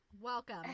welcome